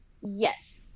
Yes